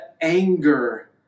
anger